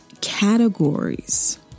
categories